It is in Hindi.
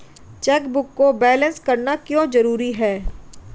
चेकबुक को बैलेंस करना क्यों जरूरी है?